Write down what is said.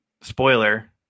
Spoiler